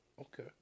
Okay